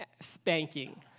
Spanking